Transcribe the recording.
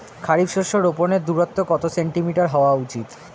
খারিফ শস্য রোপনের দূরত্ব কত সেন্টিমিটার হওয়া উচিৎ?